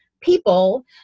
people